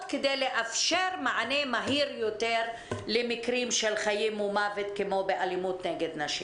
כדי לאפשר מענה מהיר יותר למקרים של חיים ומוות כמו באלימות נגד נשים.